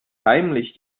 heimlich